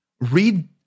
read